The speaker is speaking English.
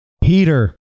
Peter